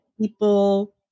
people